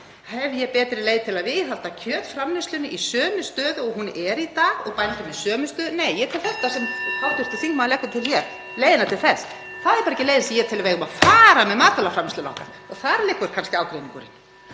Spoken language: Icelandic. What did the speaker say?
Hef ég betri leið til að viðhalda kjötframleiðslunni í sömu stöðu og hún er í dag og bændum í sömu stöðu? Nei, ég tel þetta mál sem hv. þingmaður leggur til hér leiðina til þess. Það er bara ekki leiðin sem ég tel að við eigum að fara með matvælaframleiðsluna okkar og þar liggur kannski ágreiningurinn.